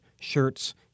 shirts